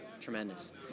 tremendous